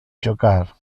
jocar